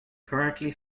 currently